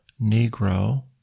Negro